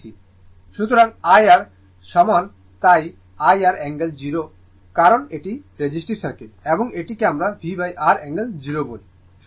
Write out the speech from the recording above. সুতরাং IR সমান তাই IR অ্যাঙ্গেল 0 কারণ এটি রেজিস্টিভ সার্কিট এবং এটিকে আমরা VR অ্যাঙ্গেল 0 বলি